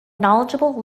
knowledgeable